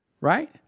right